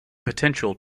potential